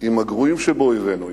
עם הגרועים שבאויבינו,